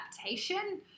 adaptation